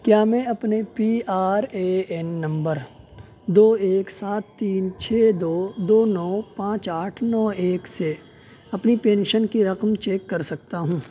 کیا میں اپنے پی آر اے این نمبر دو ایک سات تین چھ دو دو نو پانچ آٹھ نو ایک سے اپنی پینشن کی رقم چیک کر سکتا ہوں